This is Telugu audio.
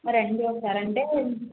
మరి ఏం చేస్తారంటే